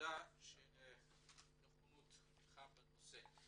תודה על נכונותך בנושא.